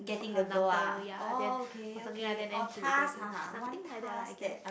her number ya then or something like that he will go and do something like that lah I guess